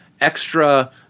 extra